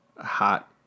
hot